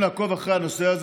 אנושי.